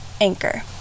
Anchor